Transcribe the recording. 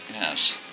Yes